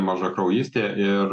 mažakraujystė ir